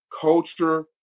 culture